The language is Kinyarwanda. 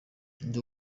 ndi